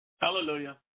Hallelujah